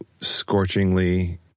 scorchingly